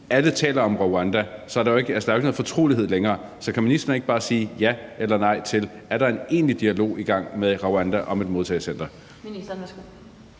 alle taler om Rwanda, så er der jo ikke nogen fortrolighed længere. Så kan ministeren ikke bare sige ja eller nej til, om der er en egentlig dialog i gang med Rwanda om et modtagecenter?